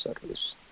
service